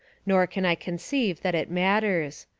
nor can i conceive that it matters.